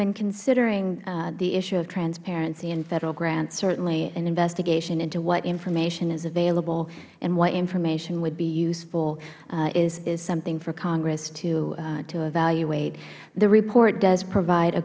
when considering the issue of transparency in federal grants certainly an investigation into what information is available and what information would be useful is something for congress to evaluate the report did provide a